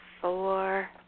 four